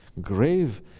grave